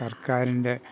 സർക്കാരിൻ്റെ